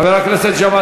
חבר הכנסת אילן